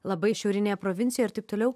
labai šiaurinėje provincijoj ir taip toliau